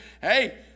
Hey